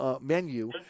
menu